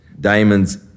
Diamonds